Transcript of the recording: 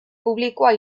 publikoa